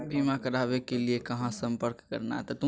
बीमा करावे के लिए कहा संपर्क करना है?